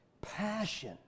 passion